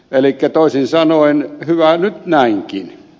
elikkä toisin sanoen hyvä nyt näinkin